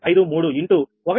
6153 into 1